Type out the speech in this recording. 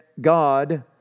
God